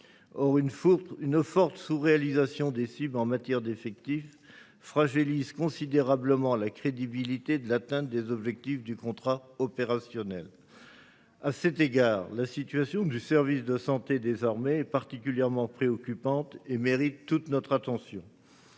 Or une forte sous réalisation des cibles en matière d’effectifs fragilise considérablement la crédibilité de l’atteinte des objectifs du contrat opérationnel. À cet égard, la situation du service de santé des armées (SSA) est particulièrement préoccupante et mérite toute notre attention.